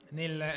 nel